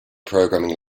programming